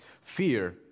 Fear